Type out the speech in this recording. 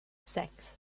six